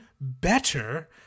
better